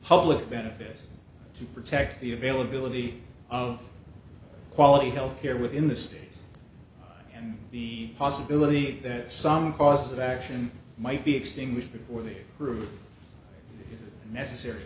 public benefit to protect the availability of quality healthcare within the state and the possibility that some cost of action might be extinguished before the group has the necessary